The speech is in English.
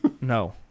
No